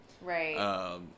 Right